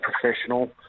professional